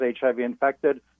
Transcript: HIV-infected